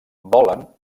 volen